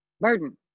Burden